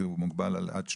כי הוא מוגבל עד שליש,